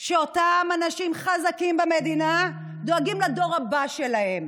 שאותם אנשים חזקים במדינה דואגים לדור הבא שלהם.